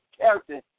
character